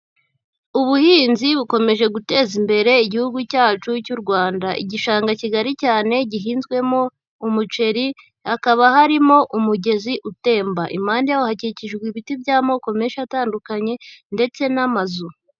Ubuhinzi bukomeje guteza imbere igihugu cyacu cy'u Rwanda, igishanga kigari cyane gihinzwemo umuceri, hakaba harimo umugezi utemba, impande yawo hakikijwe ibiti by'amoko menshi atandukanye ndetse n'amazu.